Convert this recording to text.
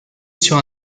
sur